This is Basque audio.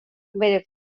bere